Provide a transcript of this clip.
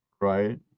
right